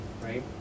right